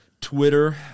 Twitter